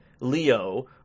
Leo